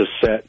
set